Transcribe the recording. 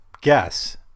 guess